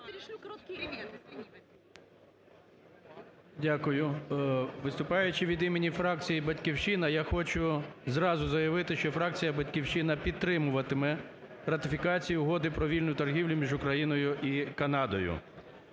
Дякую. Виступаючи від імені фракції "Батьківщина", я хочу зразу заявити, що фракція "Батьківщина" підтримуватиме ратифікацію Угоду про вільну торгівлю між Україною і Канадою.